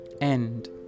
End